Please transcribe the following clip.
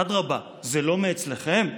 אדרבה, זה לא מאצלכם,